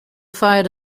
fired